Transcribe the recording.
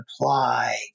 apply